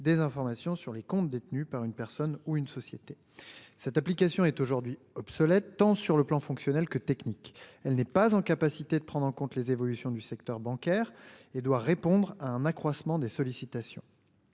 des informations sur les comptes détenus par une personne ou une société cette application est aujourd'hui obsolète, tant sur le plan fonctionnel que technique, elle n'est pas en capacité de prendre en compte les évolutions du secteur bancaire et doit répondre à un accroissement des sollicitations.